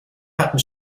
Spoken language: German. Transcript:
hatten